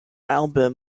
album